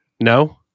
No